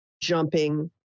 jumping